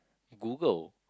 Google